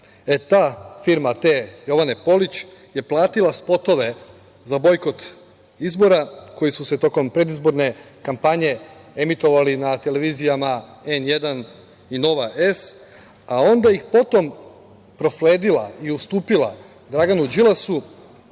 e ta firma te Jovane Polić je platila spotove za bojkot izbora koji su se tokom predizborne kampanje emitovali na televizijama N1 i Nova S, a onda ih potom prosledila i ustupila Draganu Đilasu